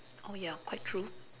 orh ya quite true